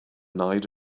night